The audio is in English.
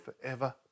forever